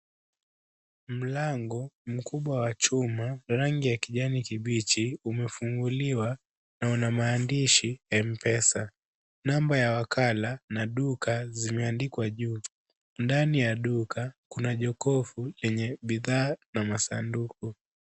Mlango mkubwa wa chuma, rangi ya kijani kibichi umefunguliwa na una maandishi M-Pesa. Namba ya wakala na duka zimeandikwa juu. Ndani ya duka kuna jokofu lenye bidhaa na masanduku.